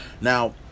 Now